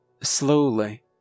Slowly